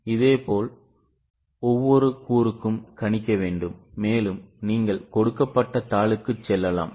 இதேபோல் ஒவ்வொரு கூறுக்கும் கணிக்க வேண்டும் மேலும் நீங்கள் கொடுக்கப்பட்ட தாளுக்குச் செல்லலாம்